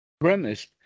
premised